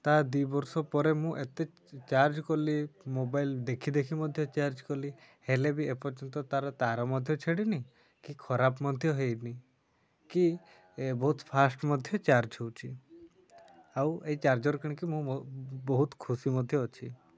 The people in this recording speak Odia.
ତା ଦୁଇ ବର୍ଷ ପରେ ମୁଁ ଏତେ ଚାର୍ଜ୍ କଲି ମୋବାଇଲ୍ ଦେଖି ଦେଖି ମଧ୍ୟ ଚାର୍ଜ୍ କଲି ହେଲେ ବି ଏପର୍ଯ୍ୟନ୍ତ ତା'ର ତା'ର ମଧ୍ୟ ଛାଡ଼ିନି କି ଖରାପ ମଧ୍ୟ ହୋଇନି କି ବହୁତ ଫାଷ୍ଟ୍ ମଧ୍ୟ ଚାର୍ଜ୍ ହେଉଛି ଆଉ ଏଇ ଚାର୍ଜର୍ କିଣିକି ମୁଁ ବହୁତ ଖୁସି ମଧ୍ୟ ଅଛି